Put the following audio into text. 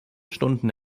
stunden